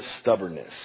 stubbornness